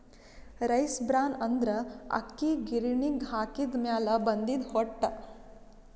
rice bran ಅಂದ್ರ ಅಕ್ಕಿ ಗಿರಿಣಿಗ್ ಹಾಕಿದ್ದ್ ಮ್ಯಾಲ್ ಬಂದಿದ್ದ್ ಹೊಟ್ಟ